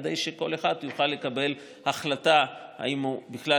כדי שכל אחד יוכל לקבל החלטה אם הוא בכלל